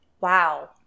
wow